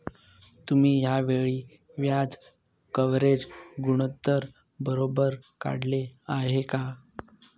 तुम्ही या वेळी व्याज कव्हरेज गुणोत्तर बरोबर काढले आहे का?